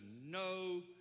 no